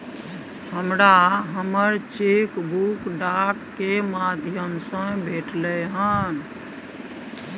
हमरा हमर cheque book डाक के माध्यम से भेटलय हन